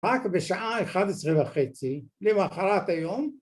רק בשעה 11 וחצי למחרת היום